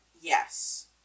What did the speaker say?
Yes